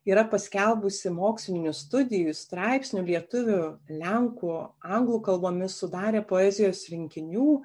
yra paskelbusi mokslinių studijų straipsnių lietuvių lenkų anglų kalbomis sudarė poezijos rinkinių